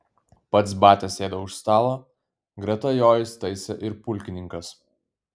pats batia sėdo už stalo greta jo įsitaisė ir pulkininkas